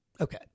Okay